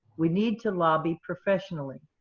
we need to lobby professionally.